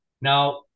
Now